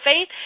faith